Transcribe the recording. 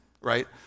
Right